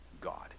God